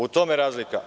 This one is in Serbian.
U tome je razlika.